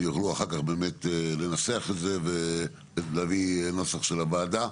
יוכלו אחר כך לנסח את זה, ולהביא נוסח של הוועדה.